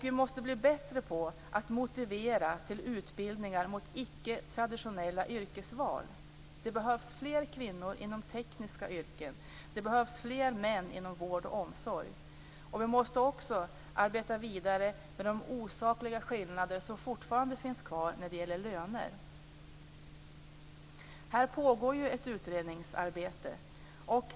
Vi måste bli bättre på att motivera till utbildningar mot icke traditionella yrkesval. Det behövs fler kvinnor inom tekniska yrken. Det behövs fler män inom vård och omsorg. Vi måste också arbeta vidare med de osakliga skillnader som fortfarande finns när det gäller löner. Här pågår ett utredningsarbete.